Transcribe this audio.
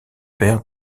père